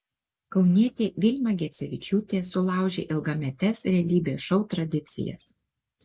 kaunietė vilma gecevičiūtė sulaužė ilgametes realybės šou tradicijas